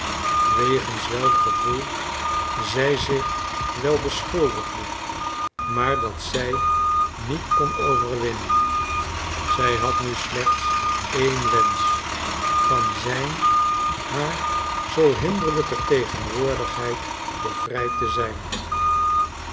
wegens welk gevoel zij zich wel beschuldigde maar dat zij niet kon overwinnen zij had nu slechts één wensch van zijn haar zoo hinderlijke tegenwoordigheid bevrijd te zijn